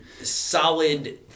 solid